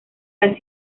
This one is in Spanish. las